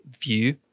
view